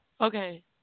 Okay